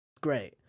Great